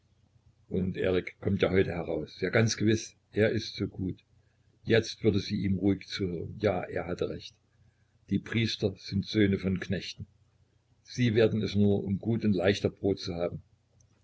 und erik kommt ja heut heraus ja ganz gewiß er ist so gut jetzt würde sie ihm ruhig zuhören ja er hatte recht die priester sind söhne von knechten sie werden es nur um gut und leichter brot zu haben